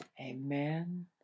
Amen